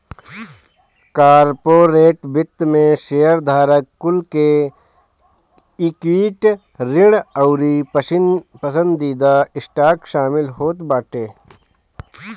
corporate वित्त में शेयरधारक कुल के इक्विटी, ऋण अउरी पसंदीदा स्टॉक शामिल होत बाटे